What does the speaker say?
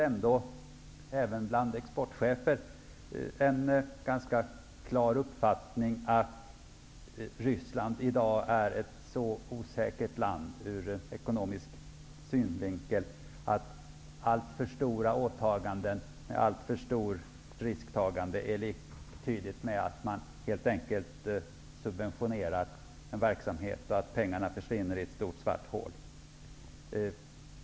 Även bland exportchefer råder väl den uppfattningen att Ryssland i dag ur ekonomisk synvinkel är ett så osäkert land att alltför stora åtaganden med alltför stora risktaganden är liktydigt med att man helt enkelt subventionerar en verksamhet och att pengarna försvinner i ett stort svart hål.